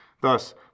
Thus